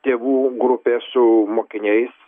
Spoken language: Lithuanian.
tėvų grupė su mokiniais